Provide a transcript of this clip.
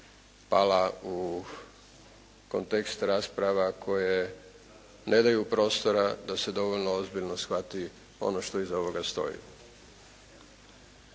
pala u kontekst rasprava koje ne daju prostora da se dovoljno ozbiljno shvati ono što iza ovoga stoji.